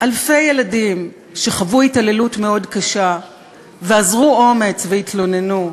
אלפי ילדים שחוו התעללות מאוד קשה ואזרו אומץ והתלוננו,